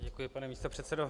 Děkuji, pane místopředsedo.